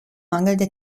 mangelnde